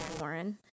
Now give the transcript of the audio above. Warren